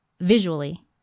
visually